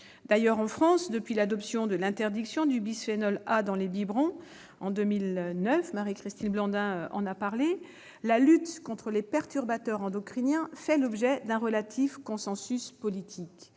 d'emploi. En France, depuis l'interdiction du bisphénol A dans les biberons en 2009- Marie-Christine Blandin en a parlé -, la lutte contre les perturbateurs endocriniens fait l'objet d'un relatif politique.